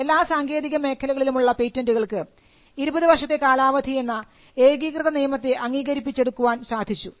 എല്ലാ സാങ്കേതിക മേഖലകളിലും ഉള്ള പേറ്റന്റുകൾക്ക് ഇരുപതു വർഷത്തെ കാലാവധി എന്ന ഏകീകൃത നിയമത്തെ അംഗീകരിപ്പിച്ചെടുക്കുവാൻ സാധിച്ചു